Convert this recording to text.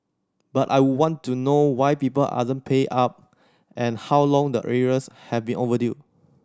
but I would want to know why people aren't paying up and how long the arrears have been overdue